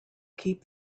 keep